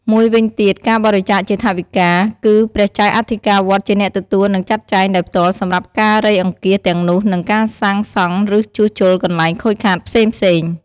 មួយវិញទៀត ការបរិច្ចាគជាថវិកា គឺព្រះចៅអធិកាវត្តជាអ្នកទទួលនិងចាត់ចែងដោយផ្ទាល់សម្រាប់ការៃអង្គាសទាំងនោះនិងការសាងសង់ឬជួសជុលកន្លែងខូចខាតផ្សេងៗ